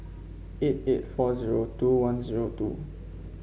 eight eight four zero two one zero two